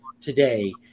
today